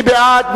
מי בעד,